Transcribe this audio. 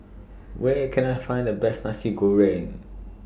Where Can I Find The Best Nasi Goreng